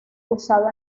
usado